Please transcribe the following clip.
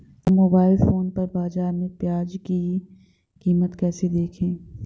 हम mobile phone पर बाज़ार में प्याज़ की कीमत कैसे देखें?